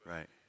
Right